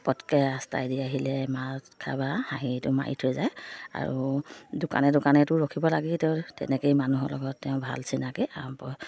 পটককৈ ৰাস্তাই দি আহিলে মাত এষাৰ বা হাঁহিটো মাৰি থৈ যায় আৰু দোকানে দোকানেটো ৰখিব লাগে তেওঁ তেনেকেই মানুহৰ লগত তেওঁ ভাল চিনাকি